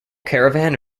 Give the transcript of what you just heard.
caravan